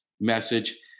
message